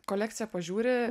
kolekciją pažiūri